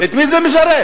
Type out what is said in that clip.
את מי זה משרת?